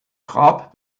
grab